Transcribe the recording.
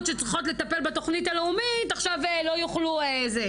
שצריכות לטפל בתוכנית הלאומית עכשיו לא יוכלו.